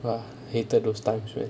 !huh! hated those times man